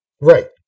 Right